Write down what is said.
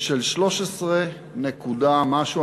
של 13 נקודה משהו,